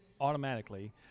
automatically